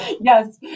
Yes